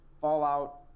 Fallout